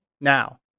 now